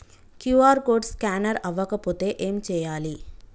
QR code scanner అవ్వకపోతే ఏం చేయాలి?